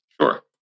Sure